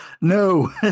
No